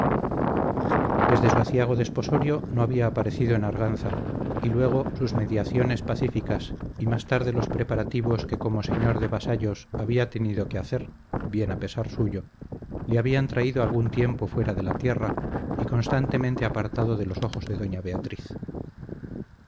su aciago desposorio no había aparecido en arganza y luego sus mediaciones pacíficas y más tarde los preparativos que como señor de vasallos había tenido que hacer bien a pesar suyo le habían traído algún tiempo fuera de la tierra y constantemente apartado de los ojos de doña beatriz